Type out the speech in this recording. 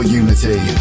unity